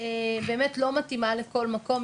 באמת לא מתאימה לכל מקום,